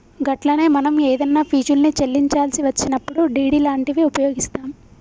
గట్లనే మనం ఏదన్నా ఫీజుల్ని చెల్లించాల్సి వచ్చినప్పుడు డి.డి లాంటివి ఉపయోగిస్తాం